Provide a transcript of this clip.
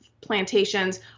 plantations